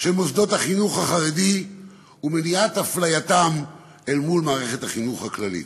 של מוסדות החינוך החרדי ומניעת אפלייתם אל מול מערכת החינוך הכללית.